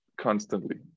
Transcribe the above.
constantly